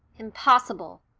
impossible,